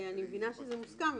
אני מבינה שזה מוסכם,